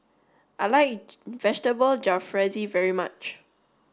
I like vegetable Jalfrezi very much